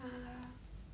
err